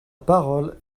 parole